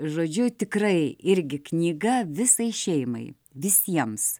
žodžiu tikrai irgi knyga visai šeimai visiems